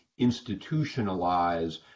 institutionalize